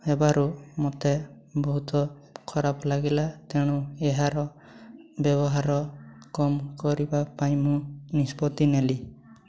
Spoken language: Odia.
ହେବାରୁ ମୋତେ ବହୁତ ଖରାପ ଲାଗିଲା ତେଣୁ ଏହାର ବ୍ୟବହାର କମ୍ କରିବା ପାଇଁ ମୁଁ ନିଷ୍ପତ୍ତି ନେଲି